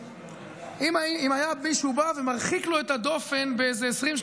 אם מישהו היה בא ומרחיק לו את הדופן באיזה 20,